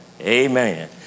Amen